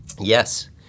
Yes